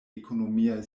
ekonomiaj